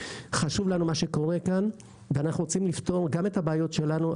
חשוב לנו מה שקורה כאן ואנחנו רוצים לפתור גם את הבעיות שלנו,